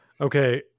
Okay